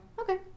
okay